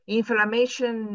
inflammation